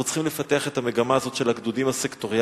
אנחנו צריכים לפתח את המגמה הזאת של הגדודים הסקטוריאליים,